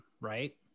right